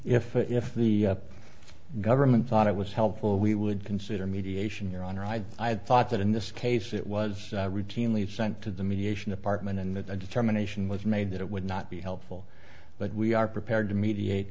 if if the government thought it was helpful we would consider mediation your honor i thought that in this case it was routinely sent to the mediation apartment and that a determination was made that it would not be helpful but we are prepared to mediate